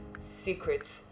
secrets